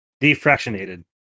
Defractionated